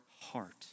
heart